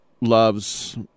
loves